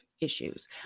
issues